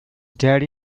daddy